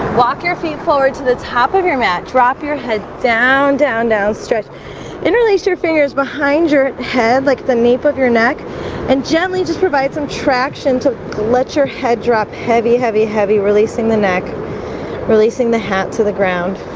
walk your feet forward to the top of your mat drop your head down down down stretch interlace your fingers behind your head like the nape of your neck and gently just provide some traction to let your head drop heavy heavy heavy releasing the neck releasing the hat to the ground